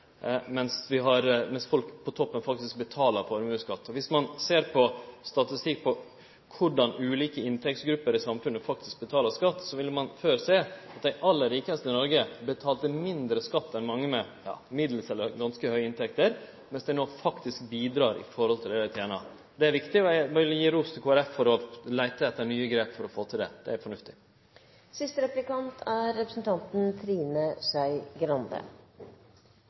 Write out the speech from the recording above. mens folk på toppen faktisk betaler formuesskatt. Viss ein ser på statistikk over korleis ulike inntektsgrupper i samfunnet betaler skatt, ville ein før sjå at dei aller rikaste i Noreg betalte mindre i skatt enn mange med middels eller ganske høge inntekter. No bidreg dei faktisk i samsvar med det dei tener. Det er veldig viktig, og eg vil gi ros til Kristeleg Folkeparti for at dei leiter etter nye måtar for å få til dette. Det er